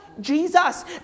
Jesus